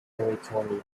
territorial